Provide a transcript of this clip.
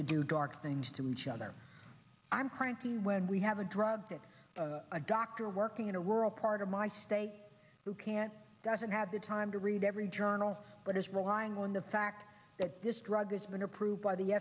to do dark things to each other i'm cranky when we have a drug that a doctor working in a rural part of my state who can't doesn't have the time to read every journal but is rolling on the fact that this drug has been approved by the